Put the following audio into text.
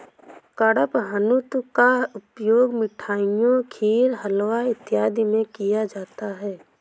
कडपहनुत का उपयोग मिठाइयों खीर हलवा इत्यादि में किया जाता है